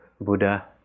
Buddha